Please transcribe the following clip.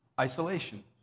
isolation